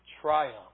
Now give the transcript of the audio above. triumph